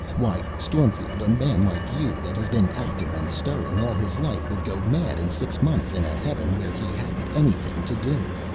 why, stormfield, a man like you, that had been active and stirring all his life, would go mad in six months in a heaven where he hadn't anything to do.